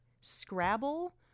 Scrabble